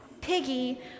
Piggy